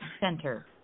Center